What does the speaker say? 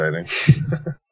exciting